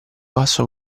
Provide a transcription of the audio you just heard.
basso